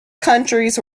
counties